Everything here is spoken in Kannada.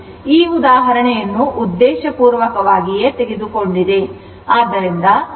ಅಂದರೆ ಈ ಉದಾಹರಣೆಯನ್ನು ಉದ್ದೇಶಪೂರ್ವಕವಾಗಿ ತೆಗೆದುಕೊಂಡಿದೆ